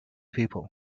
people